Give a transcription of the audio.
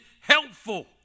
helpful